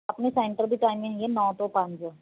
ਆਪਣੇ ਸੈਂਟਰ ਦੀ ਟਾਈਮਿੰਗ ਹੈ ਨੌ ਤੋਂ ਪੰਜ